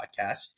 Podcast